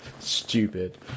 stupid